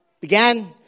Began